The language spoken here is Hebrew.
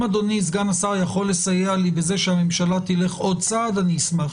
אם אדוני סגן השר יכול לסייע לי בזה שהממשלה תלך עוד צעד אשמח.